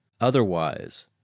Otherwise